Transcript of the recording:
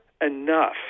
enough